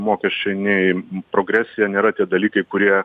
mokesčiai nei progresija nėra tie dalykai kurie